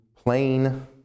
plain